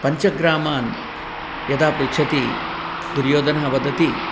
पञ्चग्रामान् यदा पृच्छति दुर्योदनः वदति